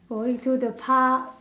going to the park